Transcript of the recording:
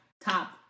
Top